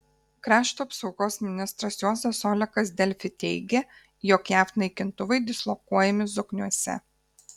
krašto apsaugos ministras juozas olekas delfi teigė jog jav naikintuvai dislokuojami zokniuose